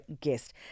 guest